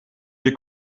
wir